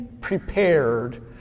prepared